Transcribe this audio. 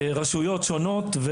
רשויות שונות,